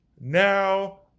now